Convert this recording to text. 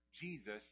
Jesus